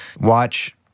watch